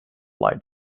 light